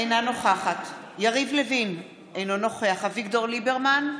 אינה נוכחת יריב לוין, אינו נוכח אביגדור ליברמן,